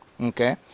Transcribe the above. okay